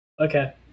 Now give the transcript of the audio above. Okay